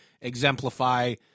exemplify